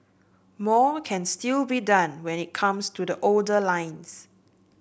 more can still be done when it comes to the older lines